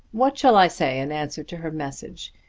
what shall i say in answer to her message?